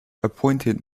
appointed